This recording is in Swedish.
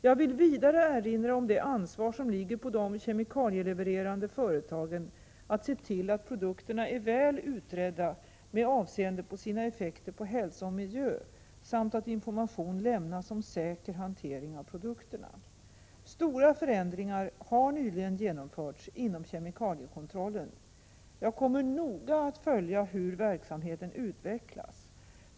Jag vill vidare erinra om det ansvar som ligger på de kemikalielevererande företagen att se till att produkterna är väl utredda med avseende på sina effekter på hälsa och miljö samt att information lämnas om säker hantering av produkterna. Stora förändringar har nyligen genomförts inom kemikaliekontrollen. Jag kommer noga att följa hur verksamheten utvecklas.